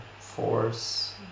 force